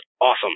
awesome